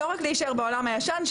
לא רק להישאר בעולם הישן.